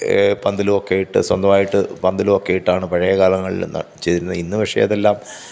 പന്തലുമൊക്കെയിട്ട് സ്വന്തമായിട്ട് പന്തലുമൊക്കെയിട്ടാണ് പഴയ കാലങ്ങളിൽ ചെയ്തിരുന്നത് ഇന്ന് പക്ഷേ അതെല്ലാം